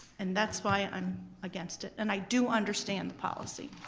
and that's why i'm against it and i do understand the policy.